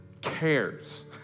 cares